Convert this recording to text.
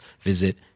visit